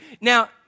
Now